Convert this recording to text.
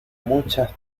muchas